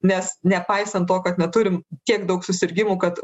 nes nepaisant to kad neturim tiek daug susirgimų kad